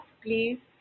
please